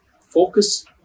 focus